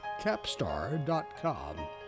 Capstar.com